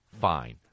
fine